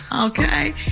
Okay